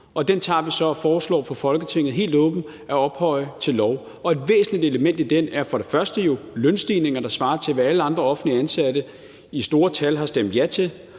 Den tager vi så og foreslår for Folketinget helt åbent at ophøje til lov. Et væsentligt element i den er for det første lønstigninger, der svarer til, hvad alle andre offentligt ansatte i store tal har stemt ja til,